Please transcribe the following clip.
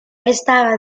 estaba